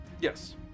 Yes